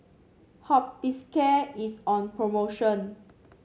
Hospicare is on promotion